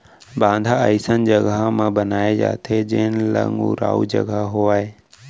बांधा अइसन जघा म बनाए जाथे जेन लंग उरारू जघा होवय